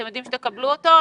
אתם יודעים שתקבלו אותו?